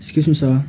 excuse me sir